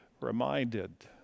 reminded